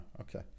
okay